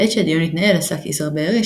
בעת שהדיון התנהל עסק איסר בארי,